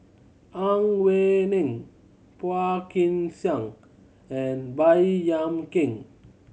Ang Wei Neng Phua Kin Siang and Baey Yam Keng